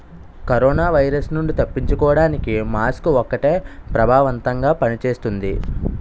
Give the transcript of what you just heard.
corona virus నుండి తప్పించుకోడానికి mask ఒక్కటే ప్రభావవంతంగా పని చేస్తుంది